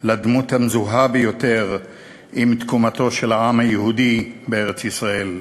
לדמות המזוהה ביותר עם תקומתו של העם היהודי בארץ-ישראל.